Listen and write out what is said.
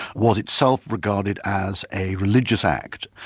was itself regarded as a religious act.